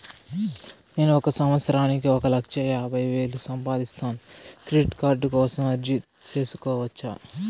నేను ఒక సంవత్సరానికి ఒక లక్ష యాభై వేలు సంపాదిస్తాను, క్రెడిట్ కార్డు కోసం అర్జీ సేసుకోవచ్చా?